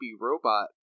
robot